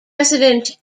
president